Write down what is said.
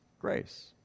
grace